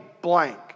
blank